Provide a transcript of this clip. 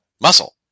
muscle